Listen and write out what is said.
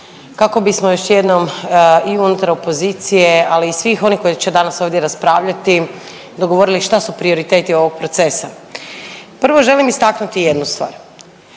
kako bismo još jednom i unutar opozicije, ali i svih onih koji će danas ovdje raspravljati dogovorili šta su prioriteti ovog procesa. Prvo želim istaknuti jednu stvar,